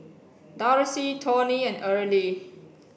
Darcie Tawny and Earley